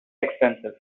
expensive